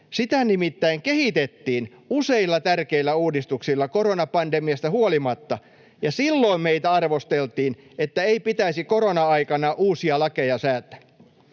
Sitä nimittäin kehitettiin useilla tärkeillä uudistuksilla koronapandemiasta huolimatta, ja silloin meitä arvosteltiin, että ei pitäisi korona-aikana uusia lakeja säätää.